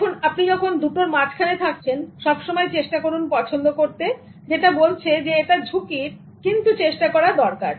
এখন আপনি যখন দুটোর মাঝখানে থাকছেন সব সময় চেষ্টা করুন পছন্দ করতে যেটা বলছে এটা ঝুঁকির কিন্তু চেষ্টা করা দরকার